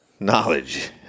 Knowledge